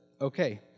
okay